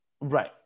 Right